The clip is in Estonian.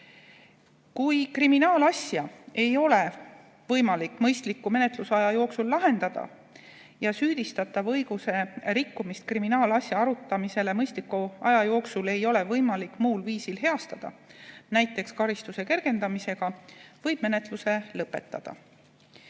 Kui kriminaalasja ei ole võimalik mõistliku menetlusaja jooksul lahendada ja süüdistatava õiguse, et kriminaalasja arutataks mõistliku aja jooksul, rikkumist ei ole võimalik muul viisil heastada, näiteks karistuse kergendamisega, siis võib menetluse lõpetada.